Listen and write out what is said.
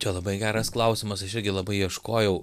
čia labai geras klausimas aš irgi labai ieškojau